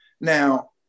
Now